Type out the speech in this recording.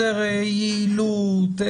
יעילות,